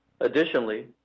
Additionally